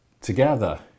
together